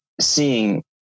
seeing